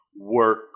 work